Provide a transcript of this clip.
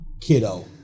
kiddo